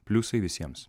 pliusai visiems